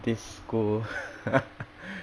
this school